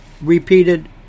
repeated